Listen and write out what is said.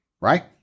right